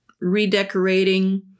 redecorating